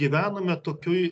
gyvename tokioj